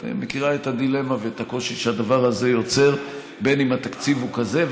את מכירה את הדילמה ואת הקושי שהדבר הזה יוצר בתקציב כזה,